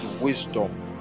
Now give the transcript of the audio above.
wisdom